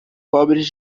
pobres